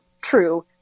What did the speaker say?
true